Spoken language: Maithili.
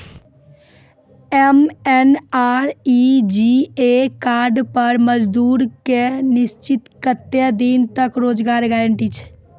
एम.एन.आर.ई.जी.ए कार्ड पर मजदुर के निश्चित कत्तेक दिन के रोजगार गारंटी छै?